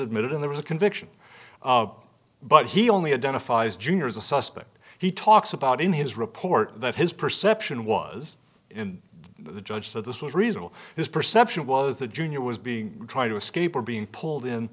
admitted and there was a conviction but he only identifies jr as a suspect he talks about in his report that his perception was in the judge that this was reasonable his perception was that junior was being trying to escape or being pulled in